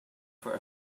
for